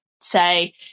say